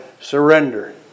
surrender